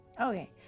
Okay